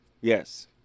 Yes